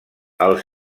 els